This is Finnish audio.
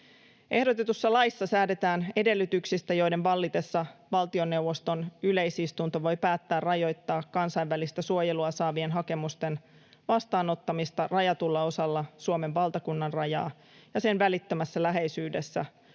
Ehdotetussa laissa säädetään edellytyksistä, joiden vallitessa valtioneuvoston yleisistunto voi päättää rajoittaa kansainvälistä suojelua saavien hakemusten vastaanottamista rajatulla osalla Suomen valtakunnanrajaa ja sen välittömässä läheisyydessä